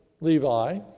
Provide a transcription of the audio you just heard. Levi